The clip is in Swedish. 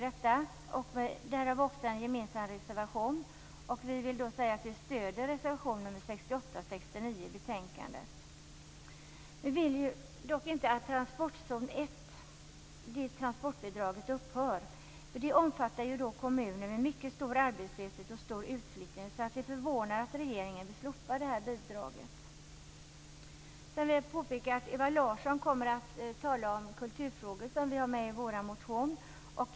Därav också en gemensam reservation. Vi stöder reservation nr 68 och 69 i betänkandet. Vi vill dock inte att transportbidraget i transportzon 1 upphör. Det omfattar kommuner med mycket stor arbetslöshet och stor utflyttning. Det förvånar att regeringen vill slopa det bidraget. Jag vill påpeka att Ewa Larsson kommer att tala om de kulturfrågor som vi har med i vår motion.